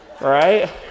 right